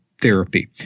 therapy